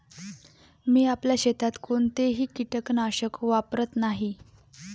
मी आपल्या शेतात कोणतेही कीटकनाशक वापरत नाही